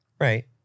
Right